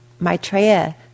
Maitreya